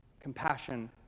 compassion